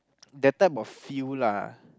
that type of feel lah